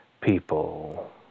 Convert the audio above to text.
people